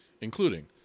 including